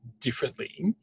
differently